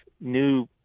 new